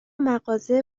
مغازه